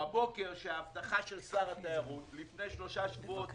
שההבטחה של שר התיירות מלפני שלושה שבועות